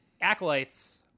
Acolytes